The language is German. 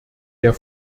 der